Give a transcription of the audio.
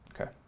Okay